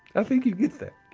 i think you get that